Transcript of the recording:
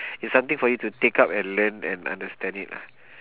is something for you to take up and learn and understand it lah